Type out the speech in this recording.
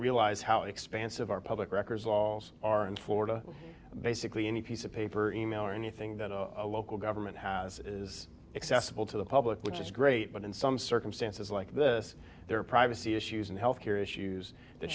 realize how expansive our public records walls are in florida basically any piece of paper or e mail or anything that a local government has is accessible to the public which is great but in some circumstances like this there are privacy issues and health care issues that